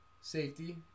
safety